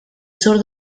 sur